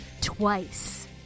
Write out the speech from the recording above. twice